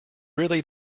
really